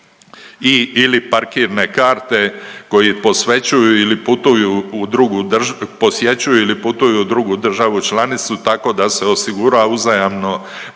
ili putuju u drugu, posjećuju ili putuju u drugu državu članicu tako da se osigura uzajamno